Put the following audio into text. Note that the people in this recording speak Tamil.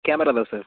கேமரா தான் சார்